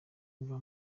uva